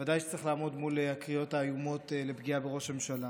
ובוודאי שצריך לעמוד מול הקריאות האיומות לפגיעה בראש הממשלה,